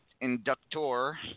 inductor